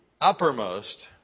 uppermost